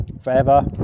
forever